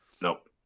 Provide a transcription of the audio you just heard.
Nope